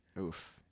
Oof